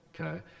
Okay